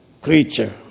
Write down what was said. creature